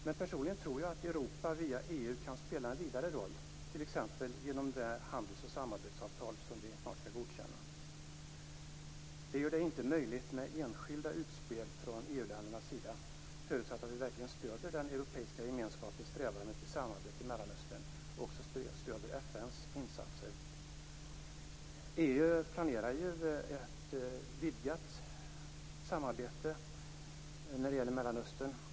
Men personligen tror jag att Europa via EU kan spela en vidare roll, t.ex. genom det handelsoch samarbetsavtal som vi snart skall godkänna. Det gör det inte möjligt med enskilda utspel från EU ländernas sida, förutsatt att vi verkligen stöder den europeiska gemenskapens strävanden till samarbete i Mellanöstern och även stöder FN:s insatser. EU planerar ju ett vidgat samarbete när det gäller Mellanöstern.